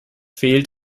fehlt